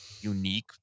unique